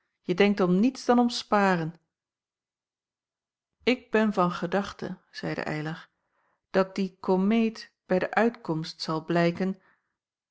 je denkt om niets dan om sparen ik ben van gedachte zeide eylar dat die komeet bij de uitkomst zal blijken